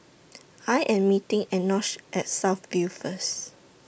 I Am meeting Enoch At South View First